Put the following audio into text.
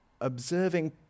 observing